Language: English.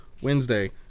Wednesday